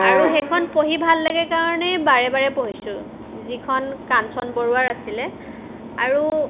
আৰু সেইখন পঢ়ি ভাল লাগে কাৰণেই বাৰে বাৰে পঢ়িছোঁ যিখন কাঞ্চন বৰুৱাৰ আছিলে আৰু